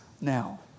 now